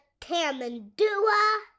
Tamandua